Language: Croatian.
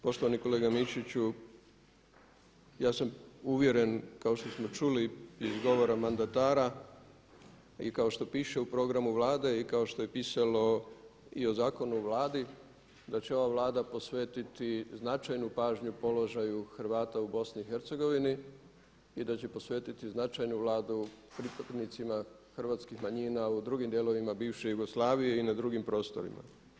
Poštovani kolega Mišiću, ja sam uvjeren kao što smo čuli iz govora mandatara i kao što piše u programu Vlade i kao što je pisalo i o zakonu o Vladi da će ova Vlada posvetiti značajnu pažnju položaju Hrvata u Bosni i Hercegovini i da će posvetiti značajnu Vladu pristupnicima hrvatskih manjina u drugim dijelovima bivše Jugoslavije i na drugim prostorima.